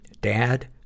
Dad